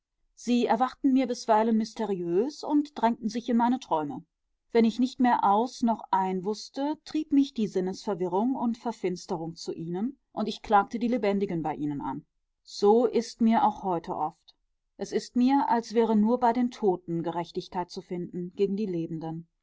sie erwachten mir bisweilen mysteriös und drängten sich in meine träume wenn ich nicht mehr aus noch ein wußte trieb mich die sinnesverwirrung und verfinsterung zu ihnen und ich klagte die lebendigen bei ihnen an so ist mir auch heute oft es ist mir als wäre nur bei den toten gerechtigkeit zu finden gegen die lebenden